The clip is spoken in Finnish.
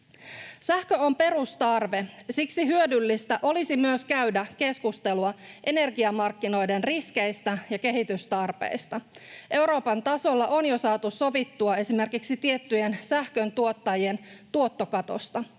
Sähkö on perustarve. Siksi hyödyllistä olisi myös käydä keskustelua energiamarkkinoiden riskeistä ja kehitystarpeista. Euroopan tasolla on jo saatu sovittua esimerkiksi tiettyjen sähköntuottajien tuottokatosta.